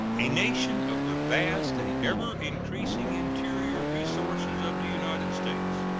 a nation of the vast and ever-increasing interior resources of the united states,